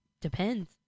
depends